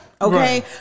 Okay